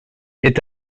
est